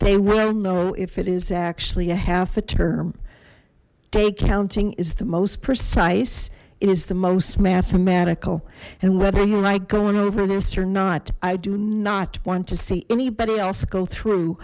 they will know if it is actually a half a term day counting is the most precise it is the most mathematical and whether you like going over this or not i do not want to see anybody else go through